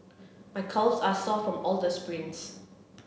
my calves are sore from all the sprints